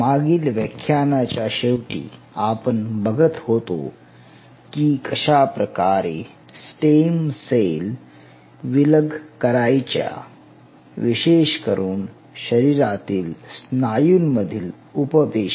मागील व्याख्यानाच्या शेवटी आपण बघत होतो की कशाप्रकारे स्टेम सेल विलग करायच्या विशेष करून शरीरातील स्नायूंमधील ऊप पेशी